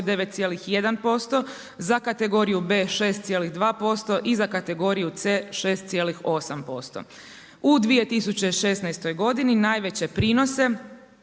9,1% za kategoriju B 6,2% i za kategoriju 6,8%. U 2016. godini najveće prinose